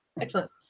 Excellent